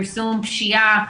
פרסום פשיעה,